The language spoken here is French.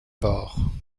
bord